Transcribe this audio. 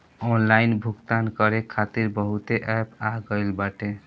online भुगतान करे खातिर बहुते एप्प आ गईल बाटे